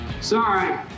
Sorry